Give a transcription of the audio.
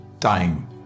time